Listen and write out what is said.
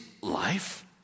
life